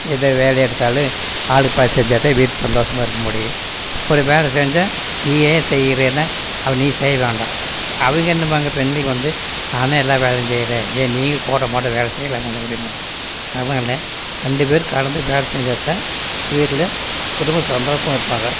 எந்த வேலை எடுத்தாலும் ஆளுக்கு பாதி செஞ்சாதான் வீட்டில் சந்தோஷமா இருக்க முடியும் ஒரு வேலை செஞ்சா நீ ஏன் செய்யறன்னா அதை நீ செய்ய வேண்டாம் அவிங்க என்ன பண்ணுவாங்க பெண்கள் வந்து நானே எல்லா வேலையும் செய்கிறேன் ஏன் நீங்களும் கூட மாட வேலை செய்யலாம்ல அப்படிம்பாங்க அதனால் ரெண்டுபேரும் கலந்து வேலை செஞ்சாதான் வீட்டில் குடும்ப சந்தோஷமா இருப்பாங்க